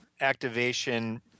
activation